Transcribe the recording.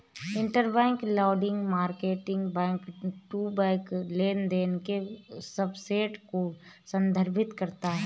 interbank lending market back to back लेनदेन के subset को संदर्भित करता है